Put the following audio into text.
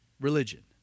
Religion